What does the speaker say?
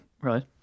right